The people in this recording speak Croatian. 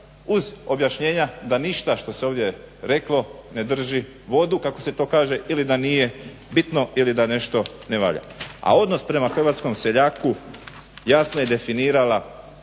uz objašnjenja da ništa što se ovdje reklo ne drži vodu kako se to kaže ili da nije bitno ili da nešto ne valja. A odnos prema hrvatskom seljaku jasno je definirala